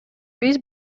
биз